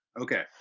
Okay